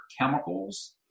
chemicals